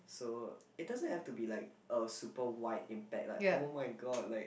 so it doesn't have to be like a super wide impact like oh-my-god like